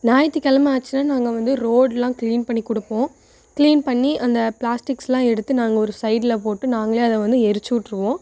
ஞாயித்திக்கிழம ஆச்சின்னா நாங்கள் வந்து ரோட்லாம் கிளீன் பண்ணி கொடுப்போம் கிளீன் பண்ணி அந்த பிளாஸ்டிக்ஸ்லாம் எடுத்து நாங்கள் ஒரு சைட்ல போட்டு நாங்களே அதை வந்து எரிச்சு விட்ருவோம்